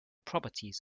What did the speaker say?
properties